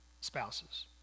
spouses